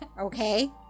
okay